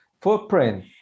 footprint